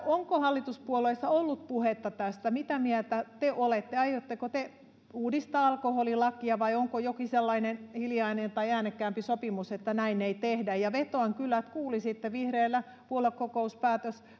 onko hallituspuolueissa ollut puhetta tästä mitä mieltä te olette aiotteko te uudistaa alkoholilakia vai onko jokin sellainen hiljainen tai äänekkäämpi sopimus että näin ei tehdä vetoan kyllä että kuulisitte vihreillä on puoluekokouspäätös